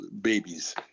babies